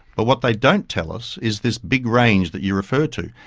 but what they don't tell us is this big range that you refer to.